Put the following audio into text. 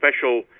special